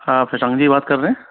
हाँ प्रशांत जी बात कर रहे हैं